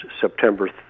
September